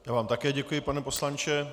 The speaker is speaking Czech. Já vám také děkuji, pane poslanče.